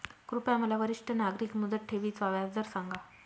कृपया मला वरिष्ठ नागरिक मुदत ठेवी चा व्याजदर सांगा